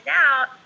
out